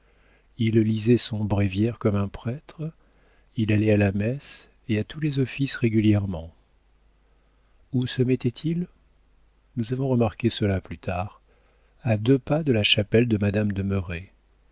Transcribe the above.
il lisait son bréviaire comme un prêtre il allait à la messe et à tous les offices régulièrement où se mettait-il nous avons remarqué cela plus tard à deux pas de la chapelle de madame